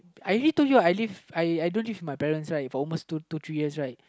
I already told I live I don't live with my parents right for almost two two three years right